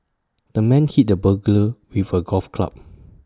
the man hit the burglar with A golf club